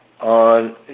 on